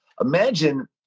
Imagine